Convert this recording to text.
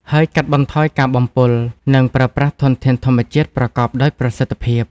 ហើយកាត់បន្ថយការបំពុល និងប្រើប្រាស់ធនធានធម្មជាតិប្រកបដោយប្រសិទ្ធភាព។